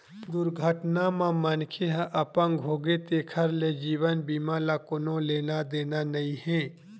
दुरघटना म मनखे ह अपंग होगे तेखर ले जीवन बीमा ल कोनो लेना देना नइ हे